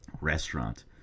restaurant